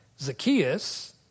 Zacchaeus